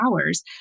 hours